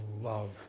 love